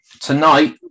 tonight